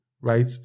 right